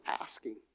asking